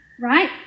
right